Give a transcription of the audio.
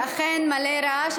אכן, מלא רעש.